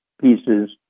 pieces